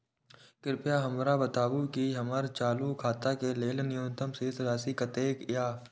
कृपया हमरा बताबू कि हमर चालू खाता के लेल न्यूनतम शेष राशि कतेक या